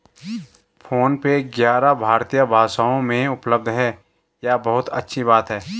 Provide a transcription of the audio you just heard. phone पे ग्यारह भारतीय भाषाओं में उपलब्ध है यह बहुत अच्छी बात है